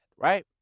right